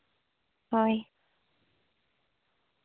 ᱦᱳᱭ